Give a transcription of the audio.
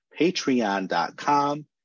patreon.com